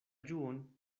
ĝuon